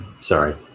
sorry